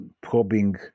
probing